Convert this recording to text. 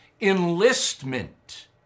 enlistment